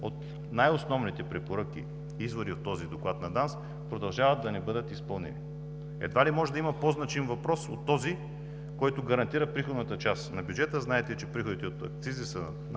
от най-основните препоръки и изводи от доклада на ДАНС продължават да не бъдат изпълнявани? Едва ли може да има по-значим въпрос от този, който гарантира приходната част на бюджета. Знаете, че приходите от акцизи са над